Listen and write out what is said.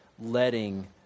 letting